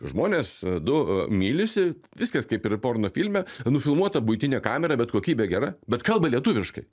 žmonės du mylisi viskas kaip ir porno filme nufilmuota buitine kamera bet kokybė gera bet kalba lietuviškai